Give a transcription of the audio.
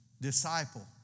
Disciple